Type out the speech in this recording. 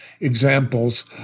examples